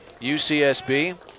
UCSB